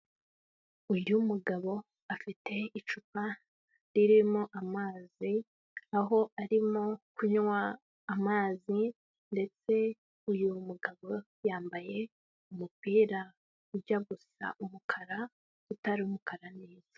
Uyu mugabo afite icupa ririmo amazi, aho arimo kunywa amazi ndetse uyu mugabo yambaye umupira ujya gusa umukara, utari umukara neza.